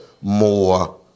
more